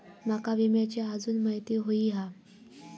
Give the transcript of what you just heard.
माका विम्याची आजून माहिती व्हयी हा?